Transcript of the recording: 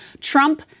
Trump